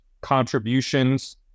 contributions